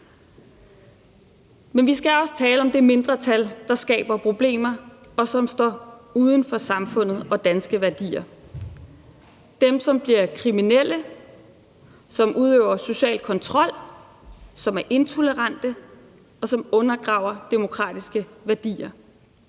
Men vi skal også tale om det mindretal, der skaber problemer, og som står uden for samfundet og uden danske værdier – dem, som bliver kriminelle, som udøver social kontrol, som er intolerante, og som undergraver demokratiske værdier.